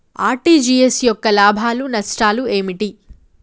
RTGS యొక్క లాభాలు నష్టాలు ఏమిటి?